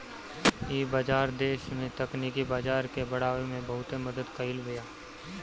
इ बाजार देस में तकनीकी बाजार के बढ़ावे में बहुते मदद कईले बिया